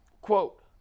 Quote